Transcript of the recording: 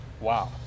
Wow